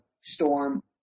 storm